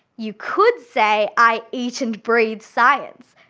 you could say i eat and breathe science.